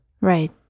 Right